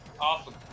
awesome